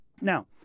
Now